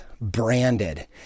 branded